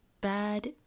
bad